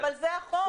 אבל זה החוק.